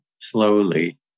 slowly